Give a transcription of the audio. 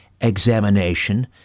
examination